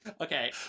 Okay